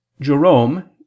Jerome